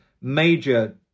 major